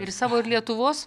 ir savo ir lietuvos